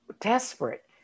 desperate